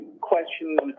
Question